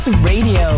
Radio